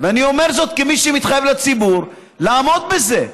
ואני אומר זאת כמי שמתחייב לציבור לעמוד בזה.